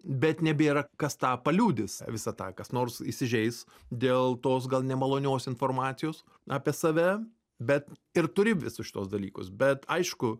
bet nebėra kas tą paliudys visą tą kas nors įsižeis dėl tos gal nemalonios informacijos apie save bet ir turi visus šituos dalykus bet aišku